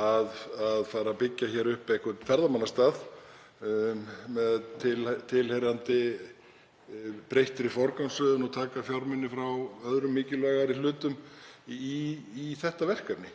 að fara að byggja upp einhvern ferðamannastað með tilheyrandi breyttri forgangsröðun og taka fjármuni frá öðrum mikilvægari hlutum í þetta verkefni.